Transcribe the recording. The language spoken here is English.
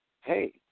Hey